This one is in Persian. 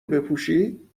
بپوشی